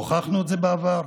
הוכחנו את זה בעבר,